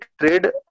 trade